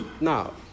Now